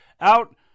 out